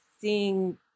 seeing